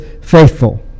faithful